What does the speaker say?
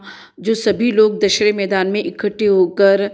जो सभी लोग दशहरे मैदान में इकट्ठे होकर